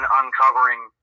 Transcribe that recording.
uncovering